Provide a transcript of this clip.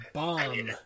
bomb